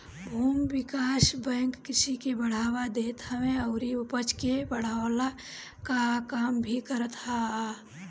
भूमि विकास बैंक कृषि के बढ़ावा देत हवे अउरी उपज के बढ़वला कअ काम भी करत हअ